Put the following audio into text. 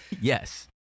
Yes